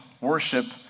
worship